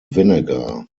vinegar